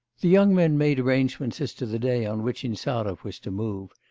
the young men made arrangements as to the day on which insarov was to move.